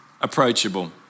approachable